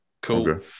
Cool